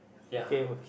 ya